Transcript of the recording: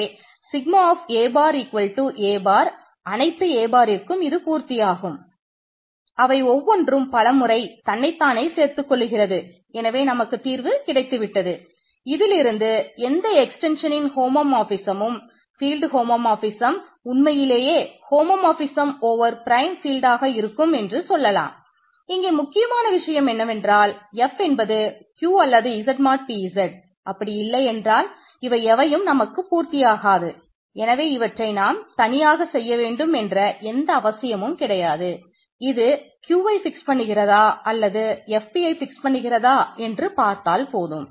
sigma பண்ணுகிறதா என்று பார்த்தால் போதும்